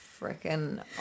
Freaking